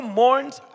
mourns